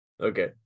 Okay